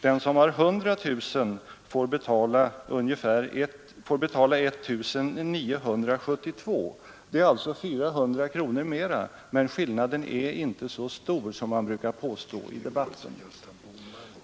Den som har 100 000 kronor i inkomst får betala 1 972 kronor i mervärdeskatt. Det är alltså 400 kronor mer, men skillnaden är inte så stor som man brukar påstå i debatten.